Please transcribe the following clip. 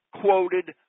quoted